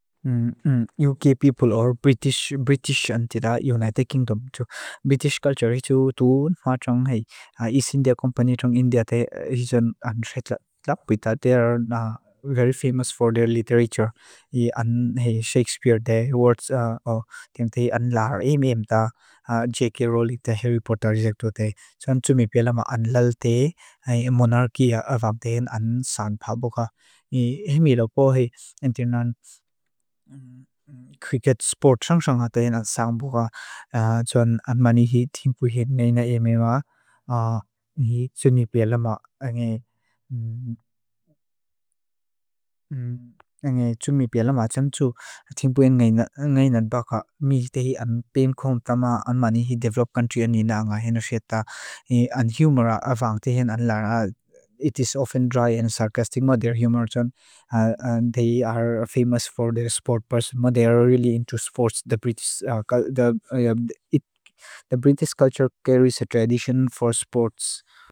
UK people or British, Britishantida United Kingdom. UK people or British, Britishantida United Kingdom. British culture hitu tu maa trung hei, British culture hitu tu maa trung hei, East India Company trung India te isan and setlapuita, East India Company trung India te isan and setlapuita, they are very famous for their literature. they are very famous for their literature. I an hei Shakespeare te words, I an hei Shakespeare te words, temtei an laar em em taa JK Rowling te Harry Potter isek tu te. Saam tumipela maa an lal te monarchy avab tein an saan phaapu ka. Nii hemi lopo hei entir nan cricket sport saan phaapu ka. Tuan an maani hi timpu hei ngaina emewa. Nii tumipela maa. Ngai tumipela maa tsamtsu. Timpu hei ngaina baka. Mii te hi an pen kong ta maa an maani hi develop country an nii naa ngaina sheta. Nii an humour a avang te hein an laar a. It is often dry and sarcastic maa their humour chun. They are famous for their sport. They are really into sports. The British culture carries a tradition for sports.